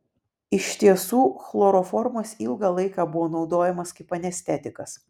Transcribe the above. iš tiesų chloroformas ilgą laiką buvo naudojamas kaip anestetikas